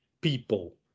people